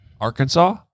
Arkansas